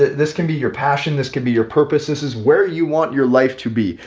this can be your passion, this can be your purpose. this is where you want your life to be.